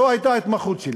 זו הייתה ההתמחות שלי.